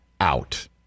out